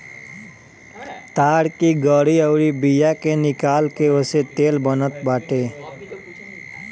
ताड़ की गरी अउरी बिया के निकाल के ओसे तेल बनत बाटे